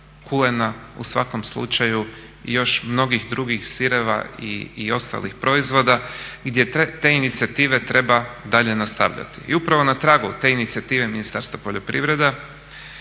kulena. U svakom slučaju i još mnogih drugih sireva i ostalih proizvoda gdje te inicijative treba dalje nastavljati. I upravo na tragu te inicijative Ministarstva poljoprivrede